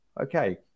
okay